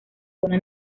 zona